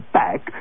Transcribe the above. back